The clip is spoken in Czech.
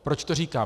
Proč to říkám?